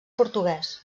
portuguès